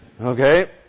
Okay